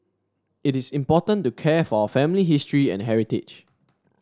it's important to care for our family history and heritage